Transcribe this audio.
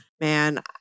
Man